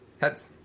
Heads